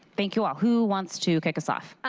thank you all. who wants to kick us off?